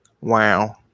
Wow